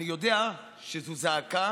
אני יודע שזו זעקה